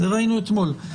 ראינו את זה אתמול.